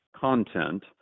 content